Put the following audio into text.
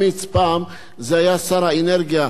זה היה שר האנרגיה משה שחל,